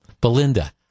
Belinda